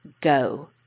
go